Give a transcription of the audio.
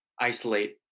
isolate